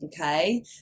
Okay